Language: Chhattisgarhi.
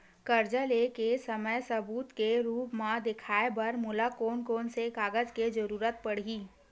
कर्जा ले के समय सबूत के रूप मा देखाय बर मोला कोन कोन से कागज के जरुरत पड़ही?